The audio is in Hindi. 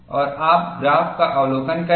और आप ग्राफ का अवलोकन करें